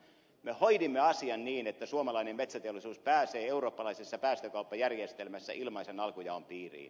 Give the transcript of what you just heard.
me hoidimme asian niin että suomalainen metsäteollisuus pääsee eurooppalaisessa päästökauppajärjestelmässä ilmaisen alkujaon piiriin